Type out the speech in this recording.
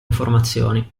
informazioni